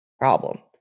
problem